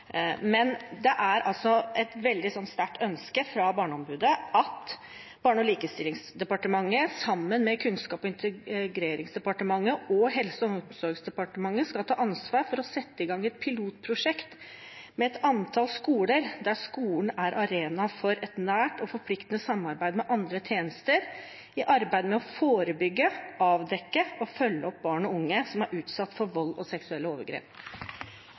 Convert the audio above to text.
men det er et sterkt ønske fra Barneombudet at Barne- og likestillingsdepartementet, sammen med Kunnskaps- og integreringsdepartementet og Helse- og omsorgsdepartementet, skal ta ansvar for å sette i gang et pilotprosjekt med et antall skoler, der skolen er arena for et nært og forpliktende samarbeid med andre tjenester i arbeidet med å forebygge, avdekke og følge opp barn og unge som er utsatt for vold og seksuelle overgrep.